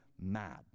mad